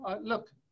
Look